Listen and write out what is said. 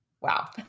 Wow